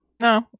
No